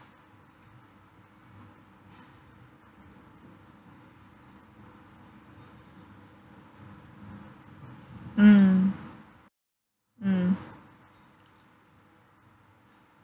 mm mm